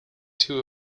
two